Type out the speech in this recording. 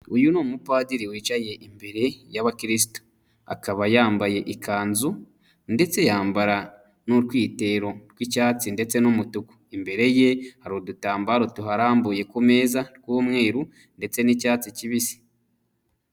Uyu ni umupadiri wicaye imbere y'abakirisitu, akaba yambaye ikanzu ndetse yambara n'utwitero tw'icyatsi ndetse n'umutuku, imbere ye hari udutambaro tuharambuye ku meza tw'umweru ndetse n'icyatsi kibisi.